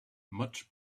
much